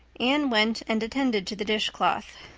anne went and attended to the dishcloth.